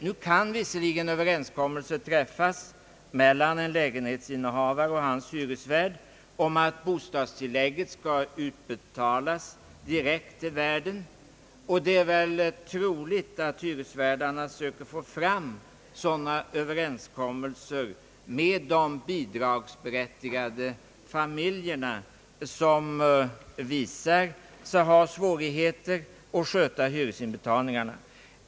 Nu kan visserligen överenskommelse träffas "mellan en lägenhetsinnehavare och hans hyresvärd om att bostadstillägget skall utbetalas direkt till värden; och det är troligt att hyresvärdarna söker få till stånd sådana överenskommelser med de bidragsberättigade familjer som visar sig ha svårigheter att sköta hyresinbetalningarna.